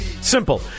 Simple